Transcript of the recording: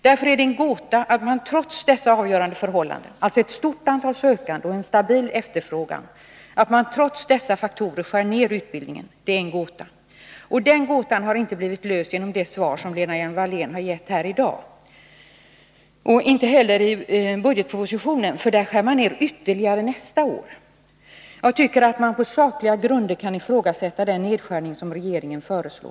Därför är det en gåta att man trots dessa avgörande förhållanden, alltså ett stort antal sökande och en stabil efterfrågan, skär ner utbildningen. Den gåtan har inte blivit löst genom det svar som Lena Hjelm-Wallén lämnat här i dag och inte heller genom budgetpropositionen, för enligt den kommer man nästa år att skära ner ytterligare. Jag tycker att man på sakliga grunder kan ifrågasätta den nedskärning som regeringen föreslår.